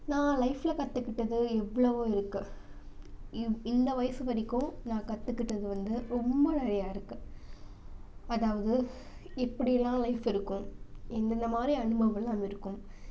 நான் லைஃப்பில் கற்றுக்கிட்டது எவ்வளவோ இருக்குது இ இந்த வயது வரைக்கும் நான் கற்றுக்கிட்டது வந்து ரொம்ப நிறையா இருக்குது அதாவது எப்படில்லாம் லைஃப் இருக்கும் எந்த எந்த மாதிரி அனுபவங்கள்லாம் இருக்கும்